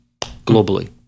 globally